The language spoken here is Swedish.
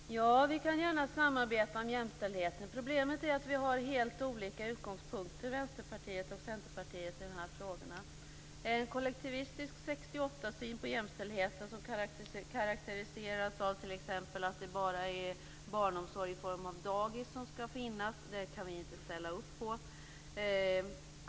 Herr talman! Vi kan gärna samarbeta om jämställdheten. Problemet är att Vänsterpartiet och Centerpartiet har helt olika utgångspunkter i de här frågorna. En kollektivistisk 68-syn på jämställdheten, som t.ex. karakteriseras av att det bara är barnomsorg i form av dagis som skall finnas, kan vi inte ställa upp på.